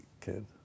kid